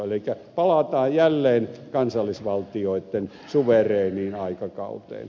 elikkä palataan jälleen kansallisvaltioiden suvereeniin aikakauteen